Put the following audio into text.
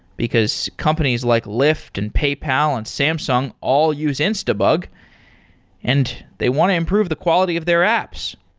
because companies like lyft, and paypal, and samsung all use instabug and they want to improve the quality of their apps.